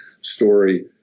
story